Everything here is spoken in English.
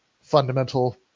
fundamental